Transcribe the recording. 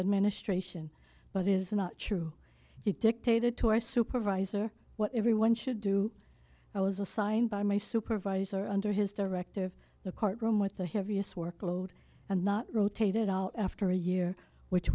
administration but it is not true he dictated to our supervisor what everyone should do i was assigned by my supervisor under his director of the court room with the heaviest workload and not rotated out after a year which